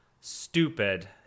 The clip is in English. Stupid